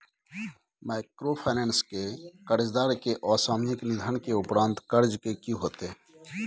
Microfinance के कर्जदार के असामयिक निधन के उपरांत कर्ज के की होतै?